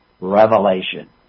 revelation